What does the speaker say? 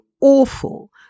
awful